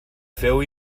feu